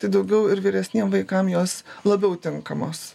tai daugiau ir vyresniem vaikam jos labiau tinkamos